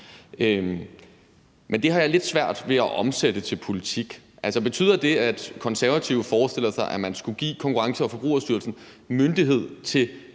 Det har jeg lidt svært ved at omsætte til politik. Betyder det, at De Konservative forestiller sig, at man skulle give Konkurrence- og Forbrugerstyrelsen myndighed til